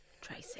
Tracy